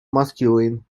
masculine